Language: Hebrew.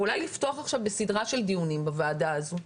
ואולי לפתוח עכשיו בסדרה של דיונים בוועדה הזו.